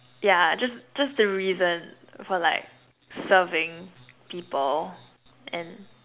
yeah just just the reason for like serving people and